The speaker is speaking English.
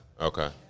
Okay